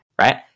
Right